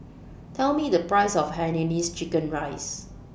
Tell Me The Price of Hainanese Chicken Rice